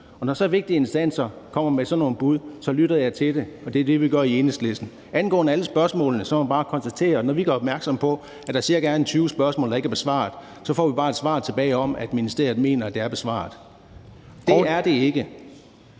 Når så vigtige instanser kommer med sådan nogle bud, lytter jeg og Enhedslisten til det. Angående alle spørgsmålene, må man bare konstatere, at når vi gør opmærksom på, at der er ca. 20 spørgsmål, der ikke er blevet besvaret, får vi bare et svar tilbage om, at ministeriet mener, at de er blevet besvaret. Det er de ikke!